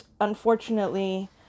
unfortunately